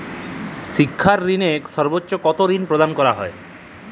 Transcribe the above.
শিক্ষা ঋণে সর্বোচ্চ কতো ঋণ প্রদান করা হয়?